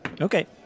Okay